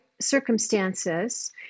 circumstances